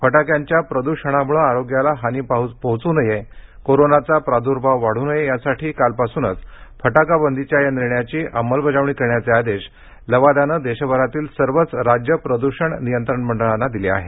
फटाक्यांच्या प्रद्षणामुळे आरोग्यास हानी पोहोचू नये कोरोनाचा प्रादूर्भाव वाढू नये यासाठी कालपासूनच फटाका बंदीच्या या निर्णयाची अंमलबजावणी करण्याचे आदेश लवादाने देशभरातील सर्वच राज्य प्रदुषण नियंत्रण मंडळांना दिले आहेत